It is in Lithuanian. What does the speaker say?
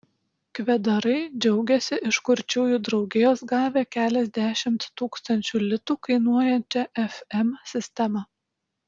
kvedarai džiaugiasi iš kurčiųjų draugijos gavę keliasdešimt tūkstančių litų kainuojančią fm sistemą